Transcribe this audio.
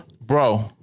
Bro